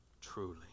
truly